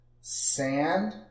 Sand